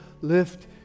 lift